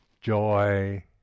joy